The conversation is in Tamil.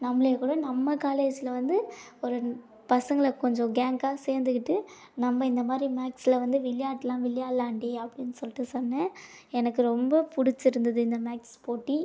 நம்மளே கூட நம்ம காலேஜில் வந்து ஒரு பசங்களை கொஞ்சம் கேங்காக சேர்ந்துக்கிட்டு நம்ம இந்த மாதிரி மேக்ஸுல வந்து விளையாடலாம் விளையாடலாம் டி அப்படின்னு சொல்லிட்டு சொன்னேன் எனக்கு ரொம்ப பிடிச்சிருந்துது இந்த மேக்ஸ் போட்டி